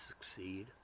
succeed